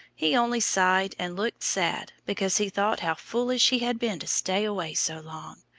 he only sighed and looked sad because he thought how foolish he had been to stay away so long.